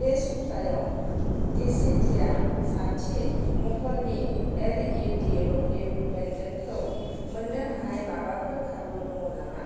बे सप्तायाव डेसिदिया साथि महरनि एल इ डि मोब्लिब बेन्दोंखौ मोन्नो हानाय माबाफोर खाबु दङ नामा